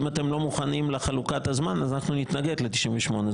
אם אתם לא מוכנים לחלוקת הזמן, אנחנו נתנגד ל-98.